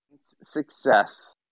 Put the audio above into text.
success